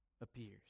appears